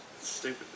Stupid